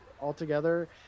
altogether